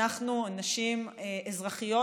אנחנו נשים אזרחיות,